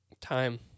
Time